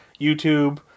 YouTube